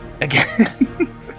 again